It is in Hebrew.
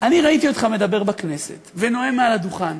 ראיתי אותך מדבר בכנסת ונואם מעל הדוכן,